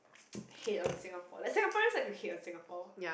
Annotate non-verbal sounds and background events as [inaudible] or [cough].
[noise] hate on Singapore like Singaporeans like to hate on Singapore